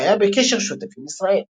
שהיה בקשר שוטף עם ישראל.